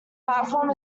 platform